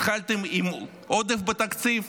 התחלתם עם עודף בתקציב,